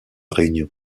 réunion